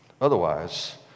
Otherwise